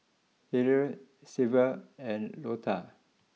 Harrell Sylva and Lota